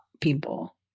people